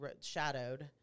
shadowed